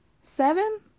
Seven